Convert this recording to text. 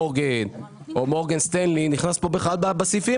מורגן או מורגן סטנלי נכנס כאן בכלל בסעיפים